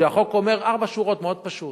שאומר ארבע שורות, וזה מאוד פשוט: